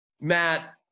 Matt